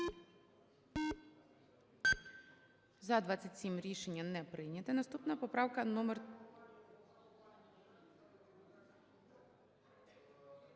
За-27 Рішення не прийнято. Наступна поправка номер...